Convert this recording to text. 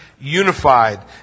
unified